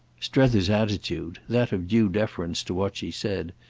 strether's attitude, that of due deference to what she said,